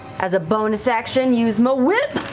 as a bonus action, use my whip.